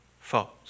fault